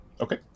Okay